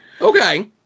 okay